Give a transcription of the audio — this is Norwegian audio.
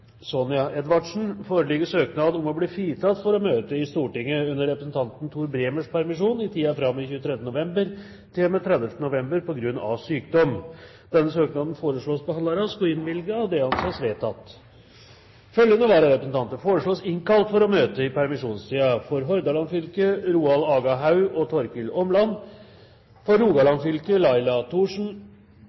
Sonja Edvardsen, foreligger søknad om å bli fritatt for å møte i Stortinget under representanten Tor Bremers permisjon i tiden fra og med 23. november til og med 30. november på grunn av sykdom. Etter forslag fra presidenten ble enstemmig besluttet: Søknaden behandles straks og innvilges. Følgende vararepresentanter innkalles for å møte i permisjonstiden: For Hordaland fylke: Roald Aga Haug og Torkil ÅmlandFor Rogaland fylke: Laila